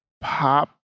pop